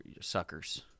suckers